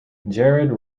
gerard